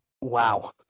Wow